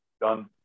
done